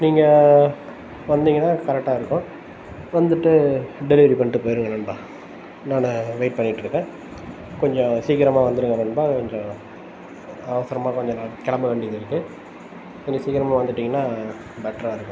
நீங்கள் வந்தீங்கன்னால் கரெக்டாக இருக்கும் வந்துட்டு டெலிவெரி பண்ணிவிட்டு போயிடுங்க நண்பா நான் வெய்ட் பண்ணிகிட்டுருக்கேன் கொஞ்சம் சீக்கிரமாக வந்துவிடுங்க நண்பா கொஞ்சம் அவசரமாக கொஞ்சம் நான் கிளம்ப வேண்டியதிருக்கு கொஞ்சம் சீக்கிரமாக வந்துவிட்டீங்கன்னா பெட்ராக இருக்கும்